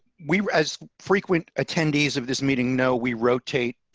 we as frequent attendees of this meeting know we rotate